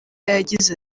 yagize